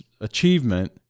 achievement